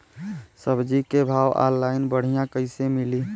सब्जी के भाव ऑनलाइन बढ़ियां कइसे मिली?